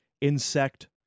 insect